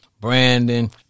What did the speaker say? Brandon